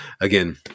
Again